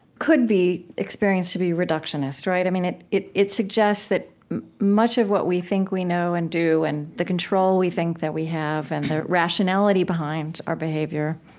could be experienced to be reductionist, right? i mean, it it suggests that much of what we think we know and do, and the control we think that we have, and the rationality behind our behavior,